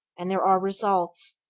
and there are results,